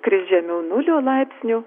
kris žemiau nulio laipsnių